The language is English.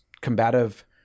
combative